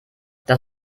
das